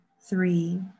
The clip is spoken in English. Three